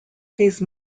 these